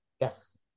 yes